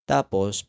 Tapos